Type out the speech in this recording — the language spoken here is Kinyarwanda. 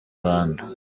rwanda